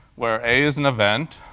where a is an event.